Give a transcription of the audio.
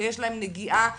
שיש להם נגיעה לקטינים,